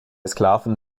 sklaven